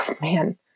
man